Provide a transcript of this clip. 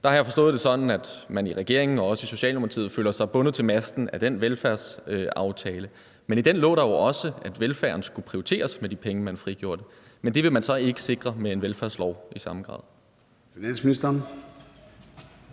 Der har jeg forstået det sådan, at man i regeringen og også i Socialdemokratiet føler sig bundet til masten af den velfærdsaftale, men i den lå der jo også, at velfærden skulle prioriteres med de penge, man frigjorde, men det vil man så ikke sikre med en velfærdslov i samme grad.